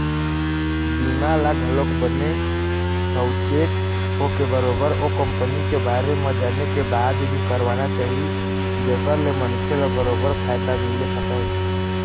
बीमा ल घलोक बने साउचेत होके बरोबर ओ कंपनी के बारे म जाने के बाद ही करवाना चाही जेखर ले मनखे ल बरोबर फायदा मिले सकय